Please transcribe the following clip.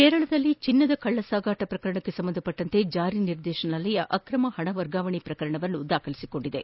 ಕೇರಳದಲ್ಲಿ ಚಿನ್ನದ ಕಳ್ಳಸಾಗಣೆ ಪ್ರಕರಣಕ್ಕೆ ಸಂಬಂಧಿಸಿದಂತೆ ಜಾರಿ ನಿರ್ದೇಶನಾಲಯ ಅಕ್ರಮ ಪಣ ವರ್ಗಾವಣೆ ಪ್ರಕರಣ ದಾಖಲಿಸಿದೆ